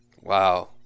Wow